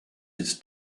its